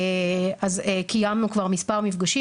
אז קיימנו כבר מספר מפגשים,